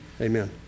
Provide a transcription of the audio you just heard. Amen